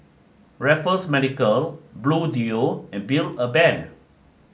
Raffles Medical Bluedio and Build a Bear